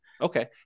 Okay